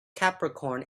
capricorn